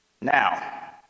Now